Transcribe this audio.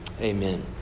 amen